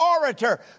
orator